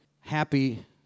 happy